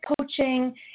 coaching